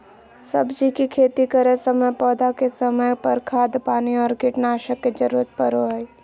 सब्जी के खेती करै समय पौधा के समय पर, खाद पानी और कीटनाशक के जरूरत परो हइ